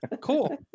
Cool